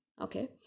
okay